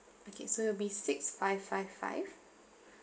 okay so it'll be six five five five